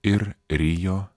ir rijo